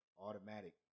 Automatic